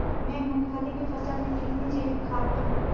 मैं मूंगफली की फसल में कितनी जैविक खाद दूं?